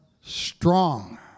strong